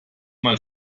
mal